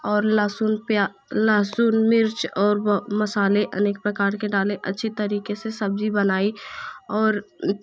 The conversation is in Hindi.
और लहसुन प्या लहसुन मिर्च और मसाले अनेक प्रकार के डाले अच्छी तरीके से सब्ज़ी बनाई और